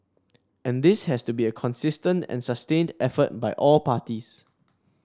and this has to be a consistent and sustained effort by all parties